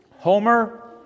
Homer